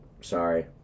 Sorry